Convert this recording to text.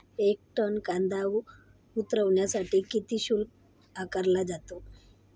एक टन कांदा उतरवण्यासाठी किती शुल्क आकारला जातो?